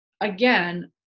again